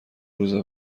روز